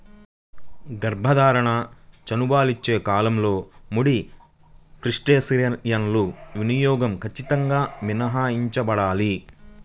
గర్భధారణ, చనుబాలిచ్చే కాలంలో ముడి క్రస్టేసియన్ల వినియోగం ఖచ్చితంగా మినహాయించబడాలి